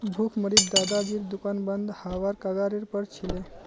भुखमरीत दादाजीर दुकान बंद हबार कगारेर पर छिले